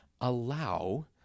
allow